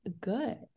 good